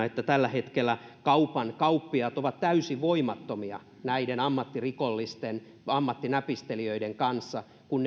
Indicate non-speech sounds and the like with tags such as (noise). (unintelligible) että tällä hetkellä kauppiaat ovat täysin voimattomia näiden ammattirikollisten ammattinäpistelijöiden kanssa kun (unintelligible)